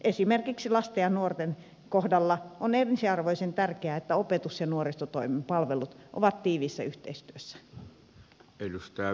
esimerkiksi lasten ja nuorten kohdalla on ensiarvoisen tärkeää että opetus ja nuorisotoimen palvelut ovat tiiviissä yhteistyössä